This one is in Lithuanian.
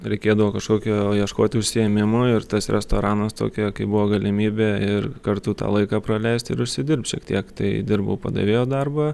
reikėdavo kažkokio ieškoti užsiėmimo ir tas restoranas tokia kaip buvo galimybė ir kartu tą laiką praleist ir užsidirbt šiek tiek tai dirbau padavėjo darbą